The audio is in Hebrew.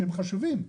שהם חשובים,